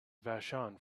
vashon